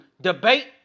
debate